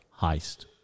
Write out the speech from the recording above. Heist